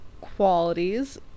qualities